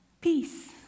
peace